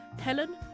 Helen